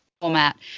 format